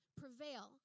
prevail